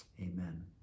Amen